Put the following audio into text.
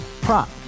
Prop